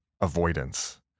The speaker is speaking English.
avoidance